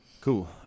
Cool